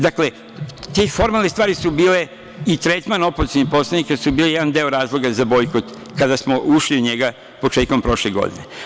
Dakle, te formalne stvari i tretman opozicionih poslanika su bile jedan deo razloga za bojkot, kada smo ušli u njega početkom prošle godine.